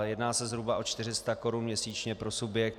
Jedná se zhruba o 400 korun měsíčně pro subjekt.